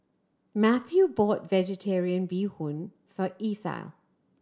Mathew bought Vegetarian Bee Hoon for Ethyl